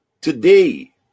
today